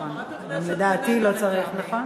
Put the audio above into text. גם לדעתי לא צריך, נכון?